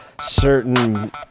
certain